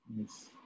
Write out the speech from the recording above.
Yes